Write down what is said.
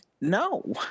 no